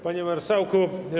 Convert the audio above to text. Panie Marszałku!